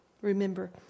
Remember